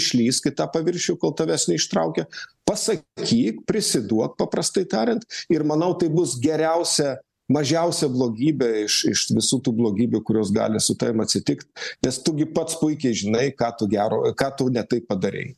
išlįsk į tą paviršių kol tavęs neištraukė pasakyk prisiduok paprastai tariant ir manau tai bus geriausia mažiausia blogybė iš iš visų tų blogybių kurios gali su tavim atsitikt nes tu gi pats puikiai žinai ką tu gero ką tu ne taip padarei